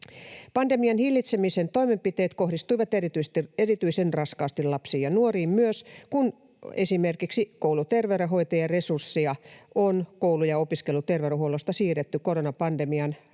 Pandemian hillitsemisen toimenpiteet kohdistuivat erityisen raskaasti lapsiin ja nuoriin myös, kun esimerkiksi kouluterveydenhoitajaresursseja on koulu- ja opiskeluterveydenhuollosta siirretty koronaviruspandemiaan